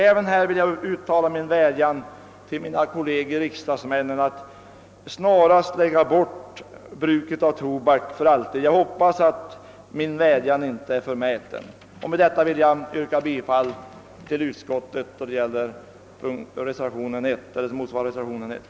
Även här vill jag uttala min vädjan till mina kolleger riksdagsmännen att snarast lägga bort bruket av tobak för alltid. Jag hoppas att min vädjan inte är förmäten. Med detta vill jag yrka bifall till utskottets hemställan under punkt 1.